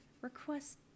Request